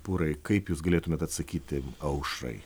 pūrai kaip jūs galėtumėt atsakyti aušrai